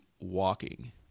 walking